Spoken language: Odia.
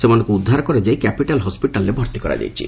ସେମାନଙ୍କୁ ଉଦ୍ଧାର କରାଯାଇ କ୍ୟାପିଟାଲ୍ ହସିଟାଲ୍ରେ ଭର୍ତି କରାଯାଇଛି